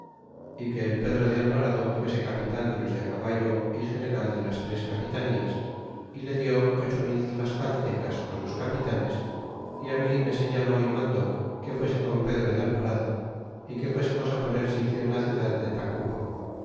y que el pedro de alvarado fuese capitan de los de á caballo y general de las tres capitanías y le dió ocho mil tlascaltecas con sus capitanes y mi me señaló y mandó que fuese con el pedro de alvarado y que fuésemos poner sitio en la ciudad de tacuba